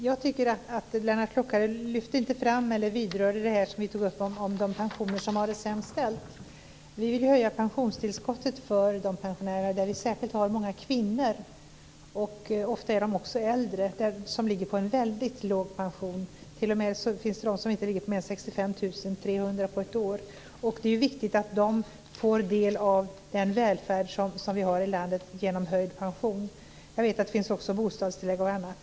Herr talman! Jag tycker inte att Lennart Klockare berör det vi tog upp om de pensionärer som har det sämst ställt. Vi vill höja pensionstillskottet för de pensionärerna. Det är många kvinnor som har en väldigt låg pension, och ofta är de också äldre. Det finns t.o.m. de som inte får mer än 65 300 kr på ett år. Det är viktigt att de får del av den välfärd som vi har i landet genom höjd pension. Jag vet att det också finns bostadstillägg och annat.